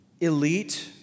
elite